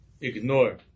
ignore